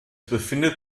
befindet